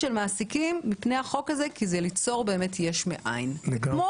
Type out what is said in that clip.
מעסיקים מפני החוק הזה כי זה ייצור יש מאין כמו